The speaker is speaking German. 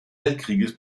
weltkrieges